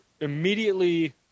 immediately